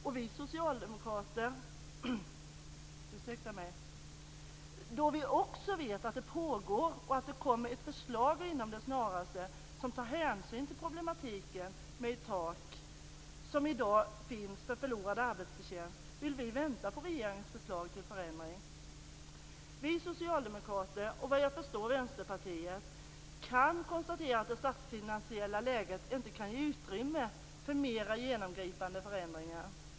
Då vi också vet att det pågår en översyn av dessa arvoden och att det kommer ett förslag inom kort som tar hänsyn till problematiken med det tak som i dag finns för förlorad arbetsförtjänst vill vi vänta på regeringens förslag till förändring. Vi socialdemokrater, och såvitt jag förstår även Vänsterpartiet, kan konstatera att det statsfinansiella läget inte ger utrymme för mera genomgripande förändringar.